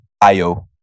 Io